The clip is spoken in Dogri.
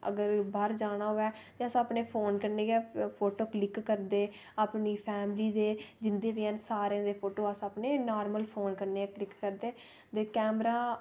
अपने फोन कन्नै गै फोटो क्लिक करदे अपनी फैमिली दे जिं'दे बी ऐन सारें दे फोटो अस अपने नार्मल फोन कन्नै क्लिक करदे ते कैमरा